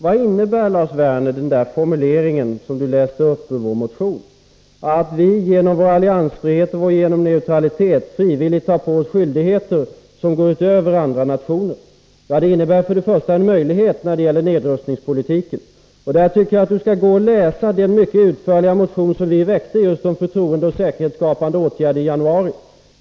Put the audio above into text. Vad innebär den formulering i vår motion som Lars Werner läste upp och där vi pekar på att vi genom vår alliansfrihet och neutralitet frivilligt tar på oss skyldigheter som går utöver andra nationers? Jo, den innebär till att börja med en möjlighet när det gäller nedrustningspolitiken. Jag tycker att Lars Werner skall läsa den mycket utförliga motion som vi väckte i januari om just förtroendeoch säkerhetsskapande åtgärder.